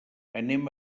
anem